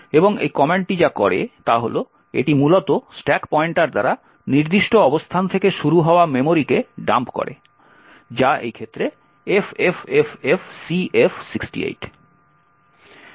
এবং এই কমান্ডটি যা করে তা হল এটি মূলত স্ট্যাক পয়েন্টার দ্বারা নির্দিষ্ট অবস্থান থেকে শুরু হওয়া মেমরিকে ডাম্প করে যা এই ক্ষেত্রে ffffcf68